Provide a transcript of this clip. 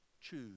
choose